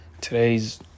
Today's